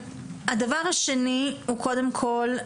הדבר השני הוא קודם כל,